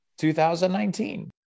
2019